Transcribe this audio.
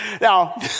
Now